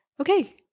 Okay